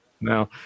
no